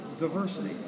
Diversity